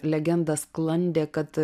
legendą sklandė kad